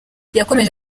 yakomeje